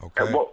Okay